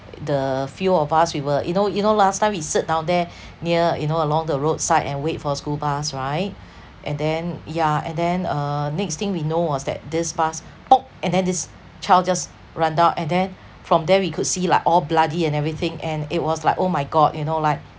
the few of us we were you know you know last time we sit down there near you know along the roadside and wait for school bus right and then yeah and then uh next thing we know was that this bus pop and then this child just run down and then from there we could see like all bloody and everything and it was like oh my god you know like